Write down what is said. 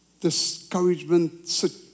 discouragement